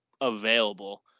available –